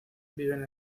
viven